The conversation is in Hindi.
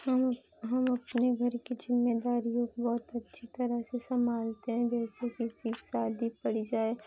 हम हम अपने घर के ज़िम्मेदारियो को बहुत अच्छी तरह से संभालते हैं जैसे किसी शादी पड़ जाए